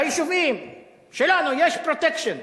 ביישובים שלנו יש "פרוטקשן".